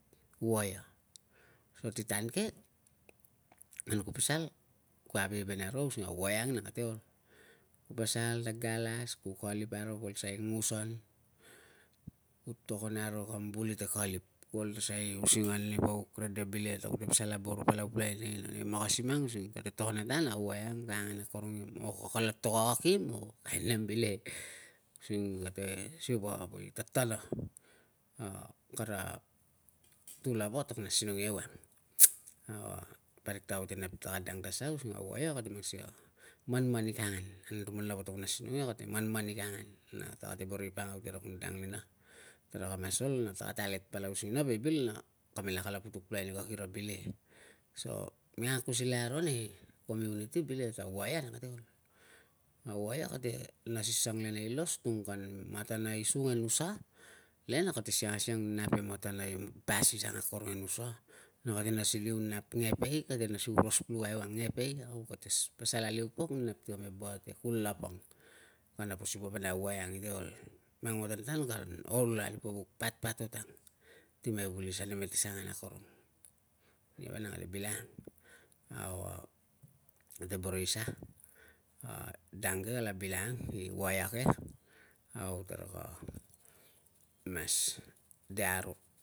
Waia, so ti tan ke man ku pasal ku aiveven aro using a waia ang nang kate ol. Ku pasal ta galas, ku kalip aro ol ta sai ngusan. Ku tokon aro kam vul ite kalip, ku ol ta sai usingan ni vauk rede bileke ta kute pasal aboro palau pulukai nei makasim ang using ko tokon a tan a waia ang ka angan akorong iam o ka kalatok na kakim o kain nem bileke, using kate siva poi tatana na kara tu lava kata kun asinong ia ewang. Au a parik kapa ta kute nap ta dang ta sa using a waia kate mang sikei a manmanik angan. Anutuman lava kata kun asinong ia kate kun manmanik angan na tarate boro i pangau ti kara dang nina, taraka mas ol na ta kate alert pulukai singina vai bil na kamela kala putuk pulikai ni kakira bileke. So mi ang akusilai aro nei community bileke ta waia nang kate ol na waia kate nas ni sang le nei los tung kan matana i sung e nusa, le na kate siang asiang nap e matana i basis ang akorong e nusa, na kate nas ni liu nap ngepei, kate nas ni oros pulukai ewang e ngepei au kate pasal aliu pok nap ti kame buat e kulapang. Kana po siva vanag a waia ang i te ol. Mang matan tan ka ol e vuk patpatat ang ti me vulis ane mete sangan akorong, nia vanang kate bilangang. Au kate boro isa, dang ke kate bilangang i waia ke. Au taraka mas de aro